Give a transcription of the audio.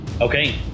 Okay